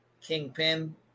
kingpin